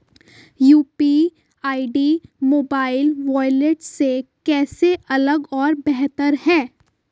UPI mobile wallet से कैसे अलग और बेहतर है?